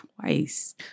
twice